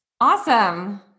awesome